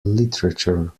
literature